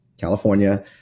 California